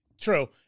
True